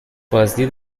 بازدید